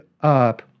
up